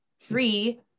three